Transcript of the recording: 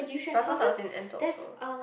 Brussels I was in Antwerp also